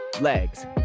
legs